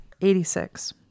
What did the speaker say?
86